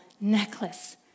necklace